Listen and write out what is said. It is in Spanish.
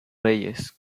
reyes